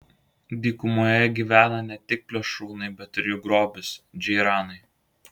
dykumoje gyvena ne tik plėšrūnai bet ir jų grobis džeiranai